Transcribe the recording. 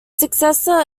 successor